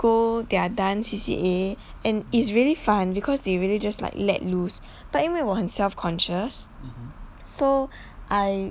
go their dance C_C_A and it's really fun because they really like just let loose but 因为我很 self conscious so I